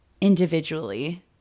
individually